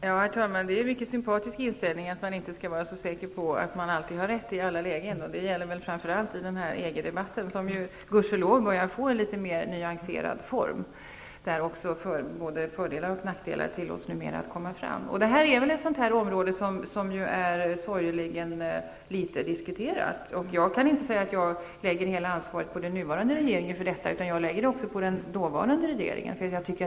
Herr talman! Det är en mycket sympatisk inställning -- att man inte skall vara så säker på att man alltid har rätt i alla lägen. Och det gäller väl framför allt i den här EG-debatten, som ju gudskelov börjar få en litet mer nyanserad form, där både fördelar och nackdelar numera tillåts komma fram. Detta är väl ett område som är sorgligt litet diskuterat. Jag vill inte säga att jag lägger hela ansvaret för det på den nuvarande regeringen, utan jag lägger också ansvar på den dåvarande regeringen.